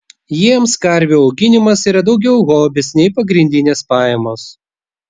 jiems karvių auginimas yra daugiau hobis nei pagrindinės pajamos